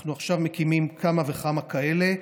אנחנו עכשיו מקימים כמה וכמה כאלה.